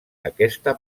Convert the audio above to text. aquesta